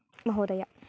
महोदय